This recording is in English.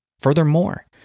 Furthermore